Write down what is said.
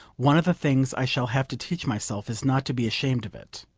one of the things i shall have to teach myself is not to be ashamed of it.